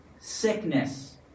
sickness